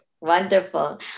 Wonderful